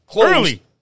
Early